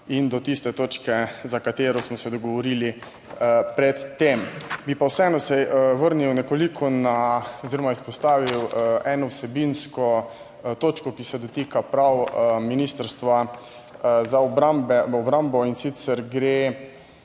in do tiste točke, za katero smo se dogovorili. Pred tem bi pa vseeno se vrnil oziroma izpostavil eno vsebinsko točko, ki se dotika prav Ministrstva za obrambo. In sicer, gre